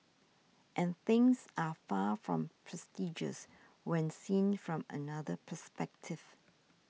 and things are far from prestigious when seen from another perspective